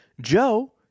joe